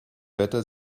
wetter